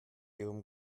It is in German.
ihrem